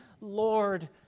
Lord